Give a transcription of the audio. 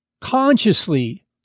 consciously